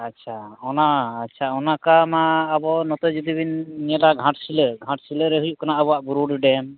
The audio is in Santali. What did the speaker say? ᱟᱪᱪᱷᱟ ᱚᱱᱟ ᱟᱪᱪᱷᱟ ᱚᱱᱠᱟ ᱢᱟ ᱟᱵᱚ ᱱᱚᱛᱮ ᱡᱩᱫᱤᱵᱚᱱ ᱧᱮᱞᱟ ᱜᱷᱟᱴᱥᱤᱞᱟᱹ ᱜᱷᱟᱴᱥᱤᱞᱟᱹ ᱨᱮ ᱦᱩᱭᱩᱜ ᱠᱟᱱᱟ ᱟᱵᱚᱣᱟᱜ ᱵᱩᱨᱩᱰᱤ ᱰᱮᱢ